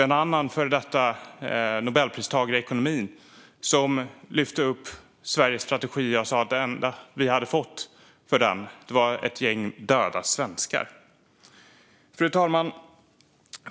En tidigare Nobelpristagare i ekonomi lyfte upp Sveriges strategi och sa att det enda vi hade fått för den var ett gäng döda svenskar. Fru talman!